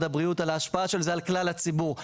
הבריאות על ההשפעה של זה על כלל הציבור,